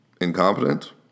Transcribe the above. incompetent